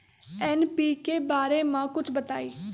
NPK बारे म कुछ बताई?